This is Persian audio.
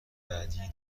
بعدیای